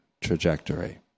trajectory